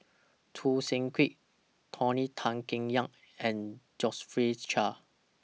Choo Seng Quee Tony Tan Keng Yam and Josephine Chia